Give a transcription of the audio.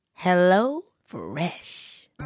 HelloFresh